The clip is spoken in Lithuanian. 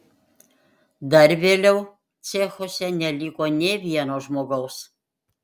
dar vėliau cechuose neliko nė vieno žmogaus